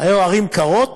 היו ערים קרות,